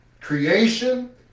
creation